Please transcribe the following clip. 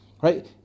Right